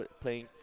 playing